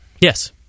Yes